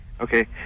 Okay